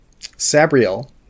sabriel